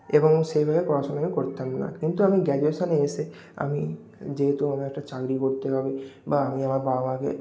এবং সেইভাবে পড়াশোনা কিন্তু করতাম না কিন্তু আমি গ্র্যাজুয়েশানে এসে আমি যেহেতু আমায় একটা চাকরি করতে হবে বা আমি আমার বাবাকে